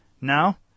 Now